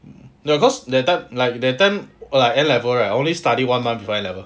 no cause that time like that time err like N level right only study one month before N level